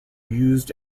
used